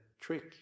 trick